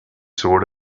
sword